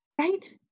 Right